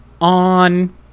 On